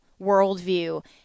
worldview